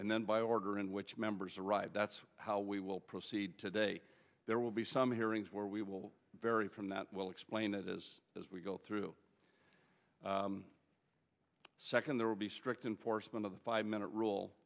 and then by order in which members arrive that's how we will proceed today there will be some hearings where we will vary from that will explain it is as we go through second there will be strict enforcement of the five minute rule